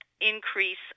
increase